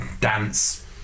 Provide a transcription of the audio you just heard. dance